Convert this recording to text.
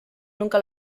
nunca